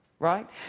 Right